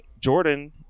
Jordan